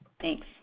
Thanks